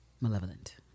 malevolent